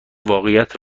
واقعیت